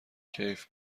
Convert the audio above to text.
کیف